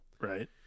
Right